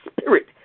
spirit